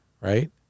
right